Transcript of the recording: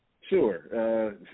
Sure